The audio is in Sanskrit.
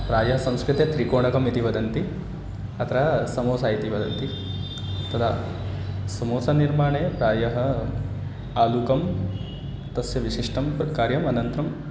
प्रायः संस्कृते त्रिकोणकम् इति वदन्ति अत्र समोसा इति वदन्ति तदा समोसा निर्माणे प्रायः आलुकं तस्य विशिष्टं कार्यम् अनन्तरं